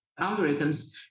algorithms